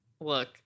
Look